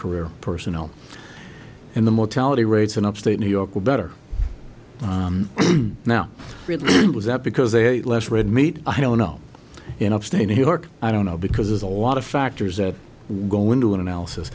career personnel in the mortality rates in upstate new york we're better now really was that because they less red meat i don't know in upstate new york i don't know because there's a lot of factors that go into an analysis